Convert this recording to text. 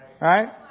Right